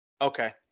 okay